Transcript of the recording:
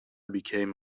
became